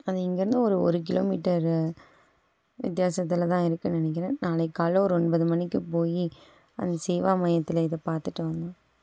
அது இங்கிருந்து ஒரு ஒரு கிலோமீட்டரு வித்தியாசத்தில் தான் இருக்குன்னு நினக்கிறேன் நாளைக்கு காலையில் ஒரு ஒன்பது மணிக்கு போய் அந்த இ சேவா மையத்தில் இதை பார்த்துட்டு வரணும்